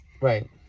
Right